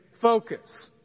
focus